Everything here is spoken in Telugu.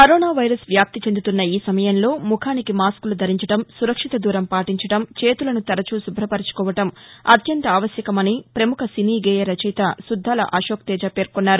కరోనా వైరస్ వ్యాప్తి చెందుతున్న ఈ సమయంలో ముఖానికి మాస్కులు ధరించడం సురక్షిత దూరం పాటించడం చేతులను తరచూ శుభ్రపరచుకోవడం అత్యంత ఆవశ్యకమని ప్రముఖ సినీ గేయ రచయిత సుద్దాల అశోక్తేజ పేర్కొన్నారు